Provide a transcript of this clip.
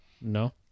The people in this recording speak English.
No